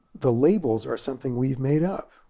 the labels are something we've made up.